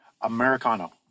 Americano